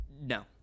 No